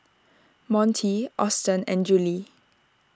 Monty Austen and Juli